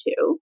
two